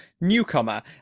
newcomer